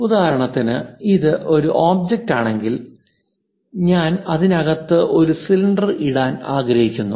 ഉദാഹരണത്തിന് ഇത് ഒരു ഒബ്ജക്റ്റ് ആണെങ്കിൽ ഞാൻ അതിനകത്തു ഒരു സിലിണ്ടർ ഇടാൻ ആഗ്രഹിക്കുന്നു